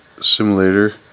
Simulator